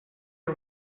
are